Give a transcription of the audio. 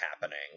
happening